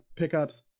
Pickups